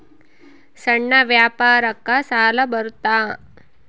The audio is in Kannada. ಸಣ್ಣ ವ್ಯಾಪಾರಕ್ಕ ಸಾಲ ಬರುತ್ತಾ?